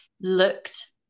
looked